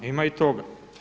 Ima i toga.